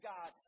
God